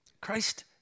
Christ